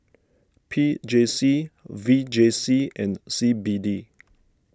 P J C V J C and C B D